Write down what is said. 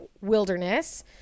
wilderness